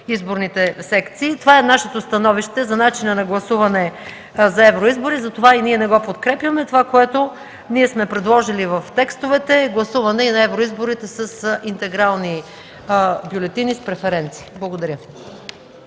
изборните секции. Това е нашето становище за начина на гласуване за евроизбори, затова и ние не го подкрепяме. Това, което ние сме предложили в текстовете е гласуване и на евроизборите с интегрални бюлетини с преференции. Благодаря.